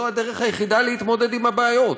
זו הדרך היחידה להתמודד עם הבעיות,